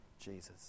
Jesus